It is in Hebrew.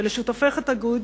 ולשותפיך תגיד: